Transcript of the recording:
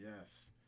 yes